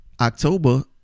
October